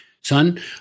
son